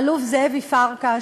האלוף זאבי פרקש,